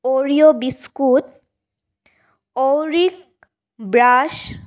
Oreo biscuit অউৰিক brush